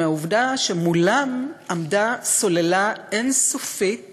מהעובדה שמולם עמדה סוללה אין-סופית